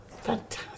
Fantastic